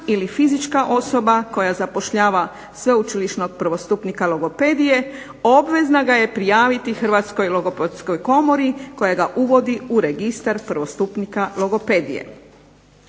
ili fizička osoba koja zapošljava sveučilišnog prvostupnika logopedije obavezna ga je prijaviti Hrvatskoj logopedskoj komori koja ga uvodi u registar prvostupnika logopedije.